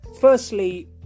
firstly